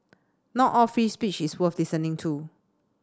not all free speech is worth listening to